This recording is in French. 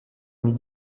mis